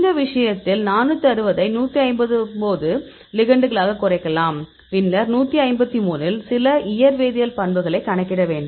இந்த விஷயத்தில் 460 ஐ 159 லிகெண்டுகளாகக் குறைக்கலாம் பின்னர் 153 இல் சில இயற்வேதியியல் பண்புகளை கணக்கிட வேண்டும்